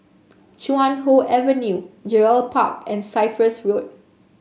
Chuan Hoe Avenue Gerald Park and Cyprus Road